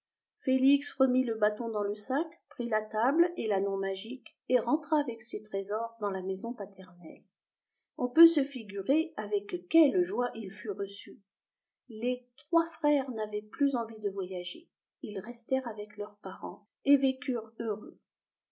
félix remit le bâton dans le sac prit la table et l'ânon magiques et rentra avec ces trésors dans la maison paternelle on peut se figurer avec quelle joie il fut reçu les trois frères n'avaient plus envie de voyager ils restèrent avec leurs parents et vécurent heureux